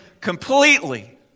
completely